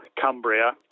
Cumbria